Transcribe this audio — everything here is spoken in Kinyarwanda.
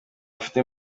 afite